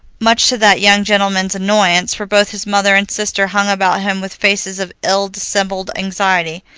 much to that young gentleman's annoyance, for both his mother and sister hung about him with faces of ill-dissembled anxiety.